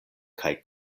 kaj